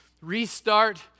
restart